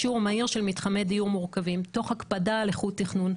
אישור מהיר של מתחמי דיור מורכבים תוך הקפדה על איכות תכנון.